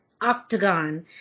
Octagon